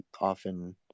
often